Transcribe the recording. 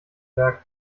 werk